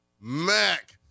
Mac